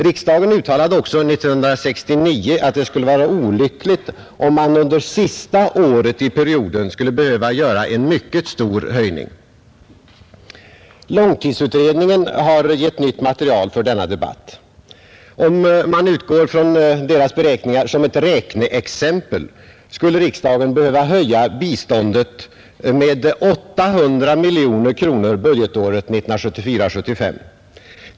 Riksdagen uttalade också 1969 att det skulle vara olyckligt, om man under sista året i perioden skulle behöva göra en mycket stor höjning. Långtidsutredningen har gett nytt material för denna debatt. Om man utgår från utredningens beräkningar som ett räkneexempel skulle riksdagen behöva höja biståndet med 800 miljoner kronor budgetåret 1974/75.